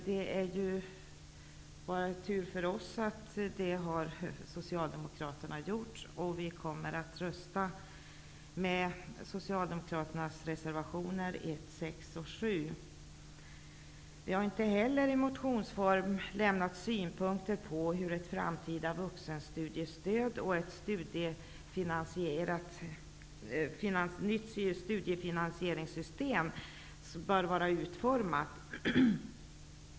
Det är tur för oss att Socialdemokraterna har tagit upp dessa frågor. Vi kommer att rösta för deras reservationer 1, 6 och 7. Inte heller har vi i motioner framfört synpunkter på hur ett framtida vuxenstudiestöd och ett nytt studiefinansieringssystem bör vara utformade.